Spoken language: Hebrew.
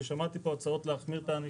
ושמעתי פה הצעות להחמיר את העונש,